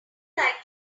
like